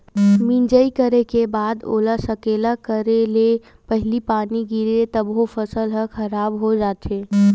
मिजई करे के बाद ओला सकेला करे ले पहिली पानी गिरगे तभो फसल ह खराब हो जाथे